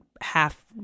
half